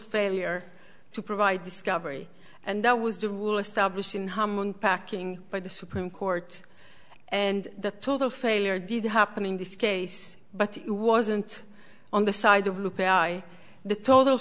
failure to provide discovery and that was the rule establishing hum unpacking by the supreme court and the total failure did happen in this case but it wasn't on the side of loop ai the total